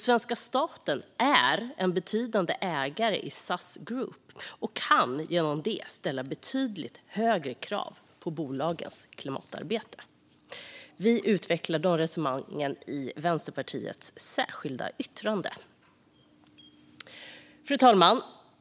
Svenska staten är en betydande ägare av SAS Group och kan därigenom ställa betydligt högre krav på bolagets klimatarbete. Vi utvecklar dessa resonemang i Vänsterpartiets särskilda yttrande. Fru talman!